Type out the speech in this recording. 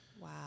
Wow